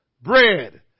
Bread